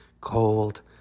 cold